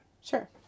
Sure